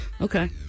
Okay